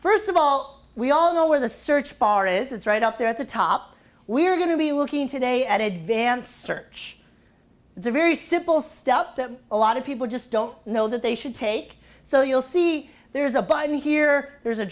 first of all we all know where the search bar is is right up there at the top we're going to be looking today at advanced search it's a very simple step that a lot of people just don't know that they should take so you'll see there's a button here there's a